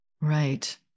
Right